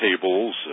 tables